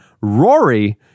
Rory